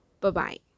Bye-bye